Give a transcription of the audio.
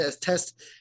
test